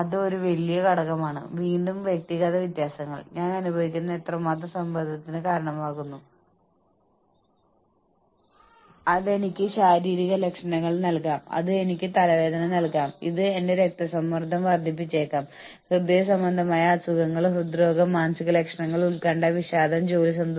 അതിനാൽ ജോലി അടിസ്ഥാനമാക്കിയുള്ള നഷ്ടപരിഹാരത്തെക്കുറിച്ച് നിങ്ങൾ പറയുമ്പോൾ നിങ്ങളുടെ ജീവനക്കാർക്ക് എത്ര തുക നൽകണമെന്ന് നിർണ്ണയിക്കുന്നത് വളരെ ബുദ്ധിമുട്ടാണ് ആപേക്ഷിക മൂല്യം നിർണ്ണയിക്കാൻ വളരെ ബുദ്ധിമുട്ടാണ്